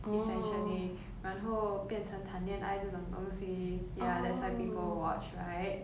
essentially 然后变成谈恋爱这种东西 ya that's why people will watch right